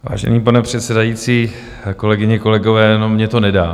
Vážený pane předsedající, kolegyně, kolegové, jenom mně to nedá.